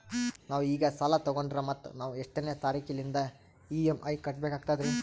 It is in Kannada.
ನಾವು ಈಗ ಸಾಲ ತೊಗೊಂಡ್ರ ಮತ್ತ ನಾವು ಎಷ್ಟನೆ ತಾರೀಖಿಲಿಂದ ಇ.ಎಂ.ಐ ಕಟ್ಬಕಾಗ್ತದ್ರೀ?